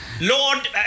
Lord